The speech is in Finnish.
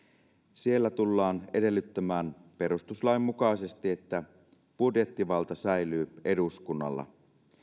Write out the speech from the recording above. siellä tullaan edellyttämään perustuslain mukaisesti että budjettivalta säilyy eduskunnalla